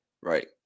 Right